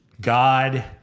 God